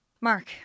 Mark